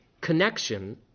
connection